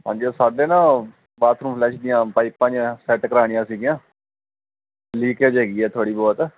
ਹਾਂਜੀ ਉਹ ਸਾਡੇ ਨਾ ਓਹ ਬਾਥਰੂਮ ਫਲਸ਼ ਦੀਆਂ ਪਾਈਪਾਂ ਜਿਹੀਆਂ ਸੈਟ ਕਰਾਉਣੀਆਂ ਸੀਗੀਆਂ ਲੀਕੇਜ ਹੈਗੀ ਹੈ ਥੋੜ੍ਹੀ ਬਹੁਤ